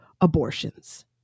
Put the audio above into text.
abortions